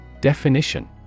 Definition